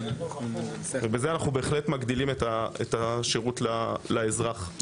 בזה אנחנו בהחלט מגדילים את השירות לאזרח.